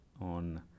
on